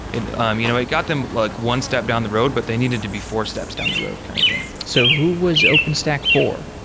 it um you know it got them like one step down the road, but they needed to be four steps down the road kind of thing so who was openstack for?